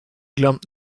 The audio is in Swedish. glömt